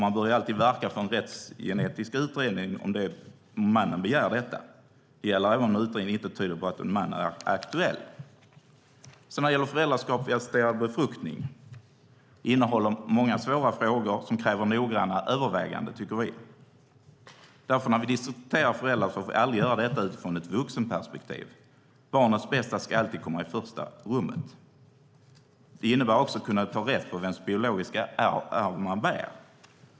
Man bör alltid verka för en rättsgenetisk utredning om mannen begär detta. Det gäller även om utredningen inte tyder på att mannen är aktuell. När det gäller föräldraskap vid assisterad befruktning innehåller detta många svåra frågor som vi tycker kräver noggranna överväganden. Därför får vi när vi diskuterar föräldrar aldrig göra det utifrån ett vuxenperspektiv. Barnets bästa ska alltid komma i första rummet, och det innebär att kunna ta rätt på vems biologiska arv man bär.